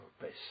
best